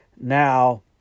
Now